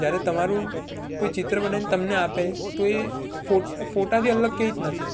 જ્યારે તમારું કોઈ ચિત્ર બનાવીને તમને આપે તો એ ફોટાથી અલગ કેવી રીતના છે